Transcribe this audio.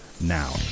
now